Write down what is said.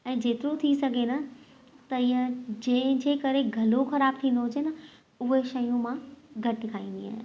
ऐं जेतिरो थी सघे न त ईअं जंहिंजे करे गलो ख़राब थींदो हुजे न उहे शयूं मां घटि खाईंदी आहियां